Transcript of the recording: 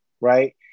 right